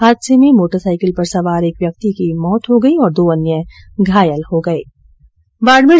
हादसे में मोटरसाईकिल पर सवार एक व्यक्ति की मौत हो गई और दो अन्य घायल हो गये